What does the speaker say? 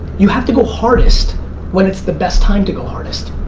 you have to go hardest when it's the best time to go hardest.